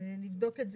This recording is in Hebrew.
אני אבדוק את זה.